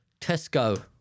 Tesco